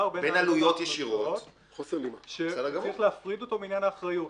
בין עלויות ישירות ----- ישירות שצריך להפריד אותו מעניין האחריות.